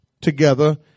together